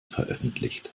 veröffentlicht